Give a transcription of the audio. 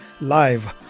Live